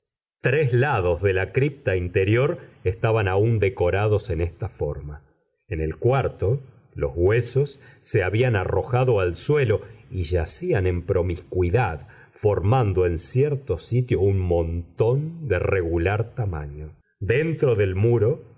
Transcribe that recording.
tres lados de la cripta interior estaban aún decorados en esta forma en el cuarto los huesos se habían arrojado al suelo y yacían en promiscuidad formando en cierto sitio un montón de regular tamaño dentro del muro